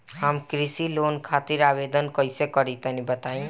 हम कृषि लोन खातिर आवेदन कइसे करि तनि बताई?